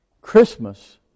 Christmas